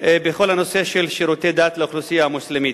בכל הנושא של שירותי דת לאוכלוסייה המוסלמית.